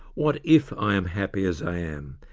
what if i'm happy as i am?